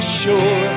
sure